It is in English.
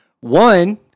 One